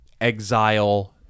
exile